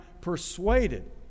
persuaded